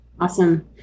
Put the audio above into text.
Awesome